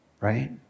Right